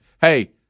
hey